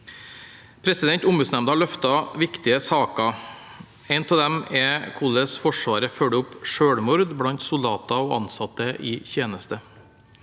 flere. Ombudsnemnda løftet fram viktige saker. En av dem er hvordan Forsvaret følger opp selvmord blant soldater og ansatte i tjeneste.